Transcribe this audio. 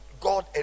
God